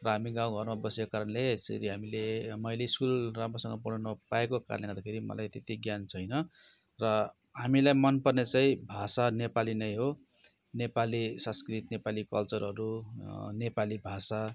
र हामी गाउँघरमा बसेको कारणले यसरी हामीले मैले स्कुल राम्रोसँग पढ्नु नपाएको कारणले गर्दाखेरि मलाई त्यति ज्ञान छैन र हामीलाई मनपर्ने चाहिँ भाषा नेपाली नै हो नेपाली संस्कृति नेपाली कल्चरहरू नेपाली भाषा